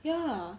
ya